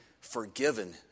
forgiven